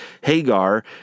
Hagar